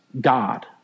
God